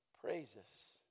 praises